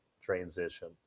transition